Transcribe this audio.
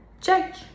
check